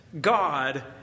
God